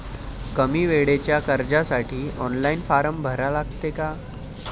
कमी वेळेच्या कर्जासाठी ऑनलाईन फारम भरा लागते का?